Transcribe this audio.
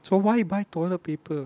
so why buy toilet paper